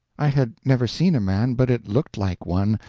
i had never seen a man, but it looked like one,